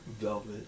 velvet